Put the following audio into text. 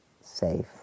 safe